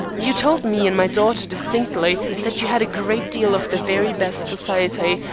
you told me and my daughter distinctly that you had a great deal of the very best society,